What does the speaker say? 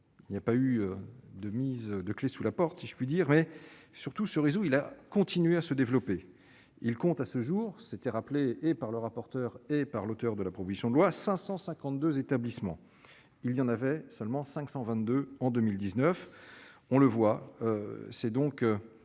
il n'y a pas eu de mise de clé sous la porte si je puis dire, mais surtout ce réseau, il a continué à se développer, il compte à ce jour, c'était, rappelez et par le rapporteur et par l'auteur de la proposition de loi 552 établissements il y en avait seulement 522 en 2019, on le voit, c'est donc